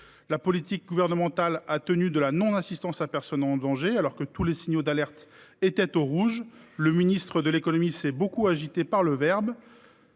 la politique gouvernementale a participé de la non assistance à personne en danger, alors que tous les signaux d’alerte étaient au rouge. Le ministre de l’économie s’est surtout fait remarquer